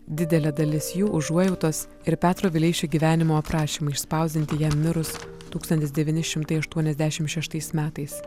didelė dalis jų užuojautos ir petro vileišio gyvenimo aprašymą išspausdinti jam mirus tūkstantis devyni šimtai aštuoniasdešimt šeštais metais